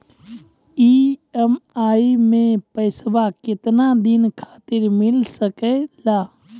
EMI मैं पैसवा केतना दिन खातिर मिल सके ला?